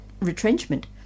retrenchment